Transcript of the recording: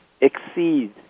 exceed